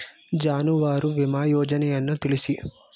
ಜಾನುವಾರು ವಿಮಾ ಯೋಜನೆಯನ್ನು ತಿಳಿಸಿ?